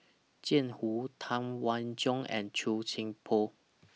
Jiang Hu Tam Wai Jia and Chua Thian Poh